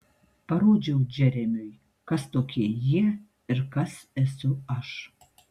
parodžiau džeremiui kas tokie jie ir kas esu aš